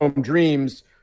Dreams